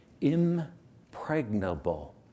impregnable